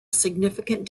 significant